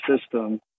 system